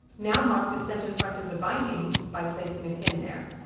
now mark, the center front of the binding by placing a pin there